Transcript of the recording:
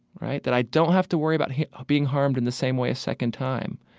right, that i don't have to worry about being harmed in the same way a second time,